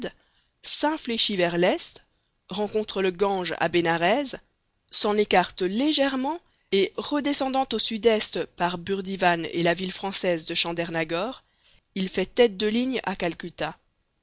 s'infléchit vers l'est rencontre le gange à bénarès s'en écarte légèrement et redescendant au sud-est par burdivan et la ville française de chandernagor il fait tête de ligne à calcutta